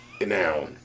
Now